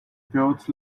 built